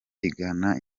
igana